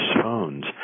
phones